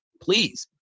please